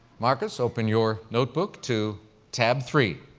marcus, open your notebook to tab three.